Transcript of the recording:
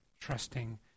Trusting